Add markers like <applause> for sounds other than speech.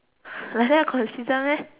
difficult meh <breath>